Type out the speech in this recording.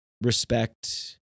respect